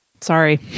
Sorry